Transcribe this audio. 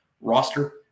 roster